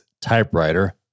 typewriter